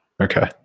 Okay